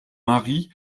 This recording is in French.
mari